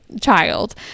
child